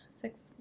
six